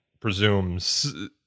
presumes